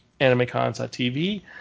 AnimeCons.tv